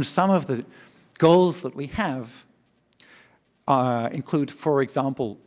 and some of the goals that we have include for example